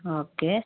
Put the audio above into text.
okay